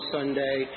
Sunday